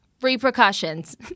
repercussions